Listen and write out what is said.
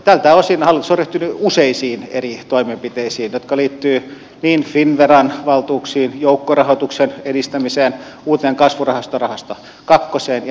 tältä osin hallitus on ryhtynyt useisiin eri toimenpiteisiin jotka liittyvät finnveran valtuuksiin joukkorahoituksen edistämiseen uuteen kasvurahastojen rahasto iieen ja niin edelleen